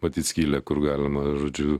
matyt skylę kur galima žodžiu